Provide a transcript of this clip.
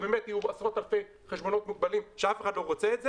יהיו עשרות אלפי חשבונות מוגבלים שאף אחד לא רוצה את זה,